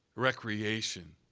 recreation.